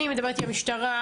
אני מדברת עם המשטרה,